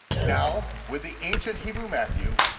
now, with the ancient hebrew matthew,